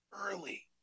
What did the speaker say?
early